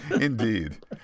indeed